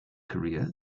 career